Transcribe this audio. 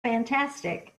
fantastic